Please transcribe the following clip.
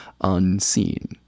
unseen